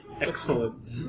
Excellent